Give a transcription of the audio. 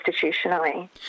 institutionally